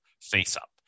face-up